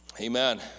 Amen